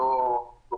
אני לא זוכר.